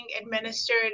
administered